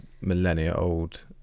millennia-old